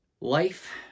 Life